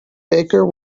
baker